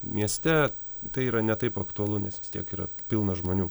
mieste tai yra ne taip aktualu nes vis tiek yra pilna žmonių